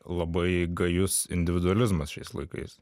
labai gajus individualizmas šiais laikais